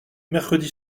mercredi